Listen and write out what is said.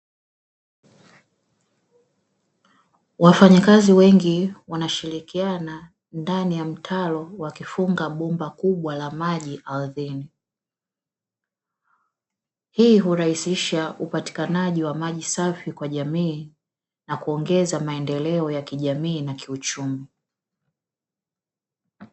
Wafanyakazi wengi wanashirikiana ndani ya mtaro wakifunga bomba kubwa la maji ardhini. Hii hurahisisha upatikanaji wa maji safi kwa jamii na kuongeza maendeleo ya kijamii na kiuchumi.